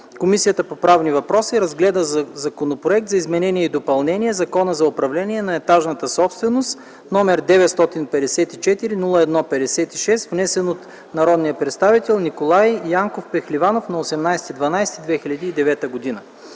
Комисията по правни въпроси разгледа Законопроект за изменение и допълнение Закона за управление на етажната собственост, № 954 -01-56, внесен от народния представител Николай Янков Пехливанов на 18 декември